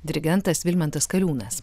dirigentas vilmantas kaliūnas